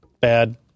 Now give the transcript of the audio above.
bad